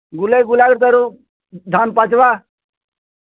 ଗୁଲାଇ ଗୁଲା ତେରୁ ଧାନ୍ ପାଚ୍ବା